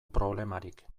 problemarik